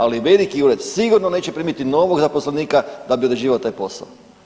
Ali veliki ured sigurno neće primiti novog zaposlenika da bi odrađivao taj posao.